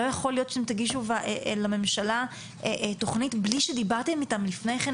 לא יכול להיות שאתם תגישו לממשלה תוכנית בלי שדיברתם איתם לפני כן,